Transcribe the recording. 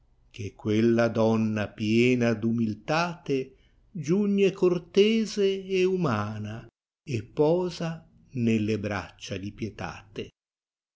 che quella donna piena d umiliate giugne cortese e umana e posa nelle braccia di pietate